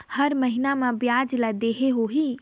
हर महीना मा ब्याज ला देहे होही?